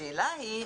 השאלה היא,